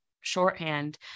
shorthand